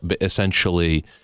essentially